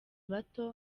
bato